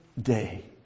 day